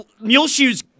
Muleshoe's